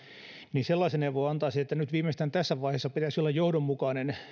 niin sellaisen neuvon antaisin että nyt viimeistään tässä vaiheessa pitäisi olla johdonmukainen